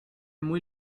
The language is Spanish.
muy